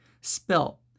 Spell